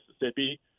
Mississippi